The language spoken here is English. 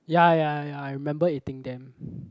ya ya ya I remember eating them